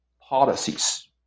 policies